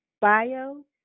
bio